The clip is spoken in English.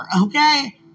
Okay